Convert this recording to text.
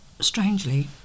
strangely